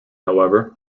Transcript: however